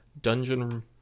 dungeon